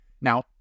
Now